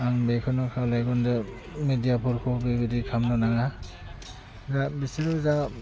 आं बेखौनो खावलायगोन जे मिडियाफोरखौ बेबादि खामनो नाङा जा बिसोरो जा